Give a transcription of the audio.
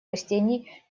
растений